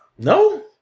No